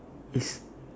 is